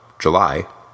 July